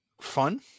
fun